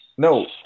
No